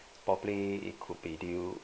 probably it could be due